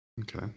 Okay